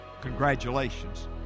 congratulations